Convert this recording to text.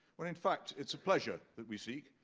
when in fact, it's a pleasure that we seek.